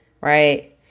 right